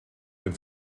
den